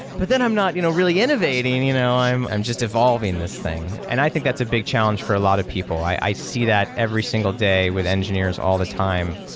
but then i'm not you know really innovating. you know i'm i'm just evolving this thing. and i think that's a big challenge for a lot of people. i see that every single day with engineers all the time.